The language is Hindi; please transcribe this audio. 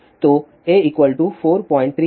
तो a 43"